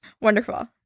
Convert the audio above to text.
Wonderful